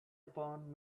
upon